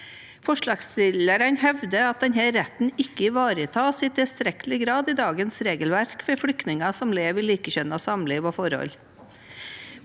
Forslagsstillerne hevder at den retten ikke ivaretas i tilstrekkelig grad i dagens regelverk for flyktninger som lever i likekjønnet samliv og forhold.